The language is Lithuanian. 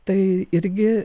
tai irgi